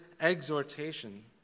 exhortation